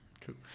True